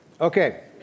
Okay